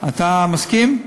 אתה מסכים?